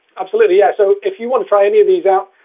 absolutely, yeah. so if you want to try any of these out,